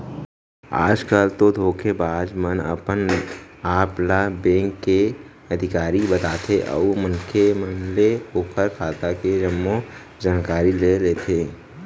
आज कल तो धोखेबाज मन अपन आप ल बेंक के अधिकारी बताथे अउ मनखे मन ले ओखर खाता के जम्मो जानकारी ले लेथे